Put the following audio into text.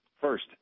First